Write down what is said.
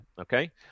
okay